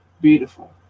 beautiful